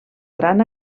gran